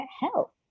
help